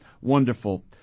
wonderful